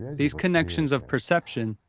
these connections of perception,